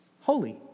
holy